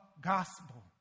gospel